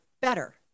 better